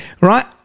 right